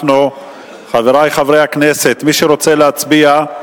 חברי חברי הכנסת, מי שרוצה להצביע,